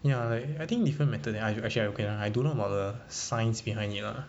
ya I think different method eh I actually okay ah I don't know about the science behind it ah